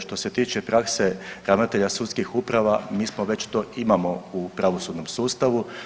Što se tiče prakse ravnatelja sudskih uprava, mi smo to već imamo u pravosudnom sustavu.